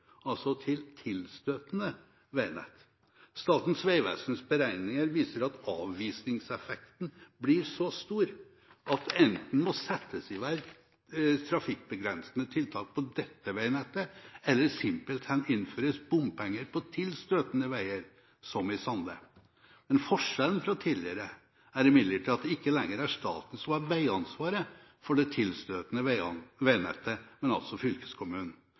altså til tilstøtende veinett. Statens vegvesens beregninger viser at avvisningseffekten blir så stor at det enten må settes i verk trafikkbegrensende tiltak på dette veinettet, eller simpelthen innføres bompenger på tilstøtende veier, som i Sande. Forskjellen fra tidligere er imidlertid at det ikke lenger er staten som har veiansvaret for det tilstøtende veinettet, men altså fylkeskommunen,